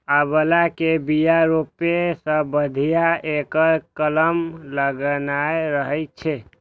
आंवला के बिया रोपै सं बढ़िया एकर कलम लगेनाय रहै छै